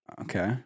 Okay